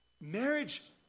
marriage